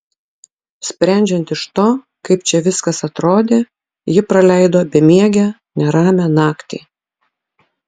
sprendžiant iš to kaip čia viskas atrodė ji praleido bemiegę neramią naktį